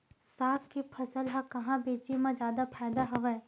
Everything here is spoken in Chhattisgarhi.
साग के फसल ल कहां बेचे म जादा फ़ायदा हवय?